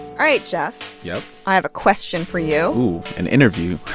all right, jeff yep i have a question for you ooh, an interview